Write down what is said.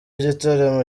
gitaramo